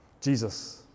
Jesus